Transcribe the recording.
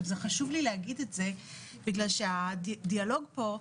חשוב לי להגיד את זה בגלל שהדיאלוג פה,